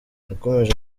yakomeje